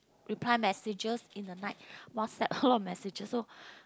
reply messages in the night WhatsApp a lot of messages so